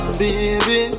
baby